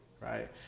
right